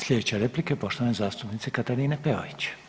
Slijedeća replika je poštovane zastupnice Katarine Peović.